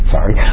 sorry